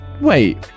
Wait